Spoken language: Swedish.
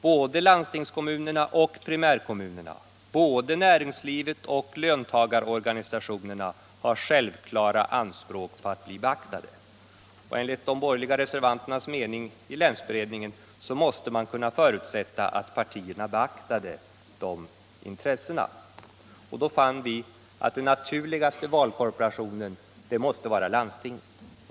Såväl landstingskommunerna och primärkommunerna som näringslivet och löntagarorganisationerna har självklara anspråk på att få sina intressen beaktade, och enligt de borgerliga reservanternas mening i länsberedningen måste man kunna förutsätta att partierna beaktar de intressena. Då fann vi att den naturligaste valkorporationen måste vara landstinget.